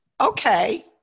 okay